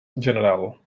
general